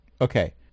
okay